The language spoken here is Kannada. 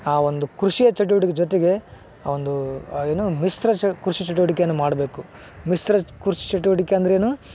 ಆ ಒಂದು ಕೃಷಿಯ ಚಟುವಟಿಕೆ ಜೊತೆಗೆ ಆ ಒಂದು ಏನು ಮಿಶ್ರ ಷ ಕೃಷಿ ಚಟುವಟಿಕೆಯನ್ನು ಮಾಡಬೇಕು ಮಿಶ್ರ ಕೃಷಿ ಚಟುವಟಿಕೆ ಅಂದರೇನು